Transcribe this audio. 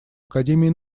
академии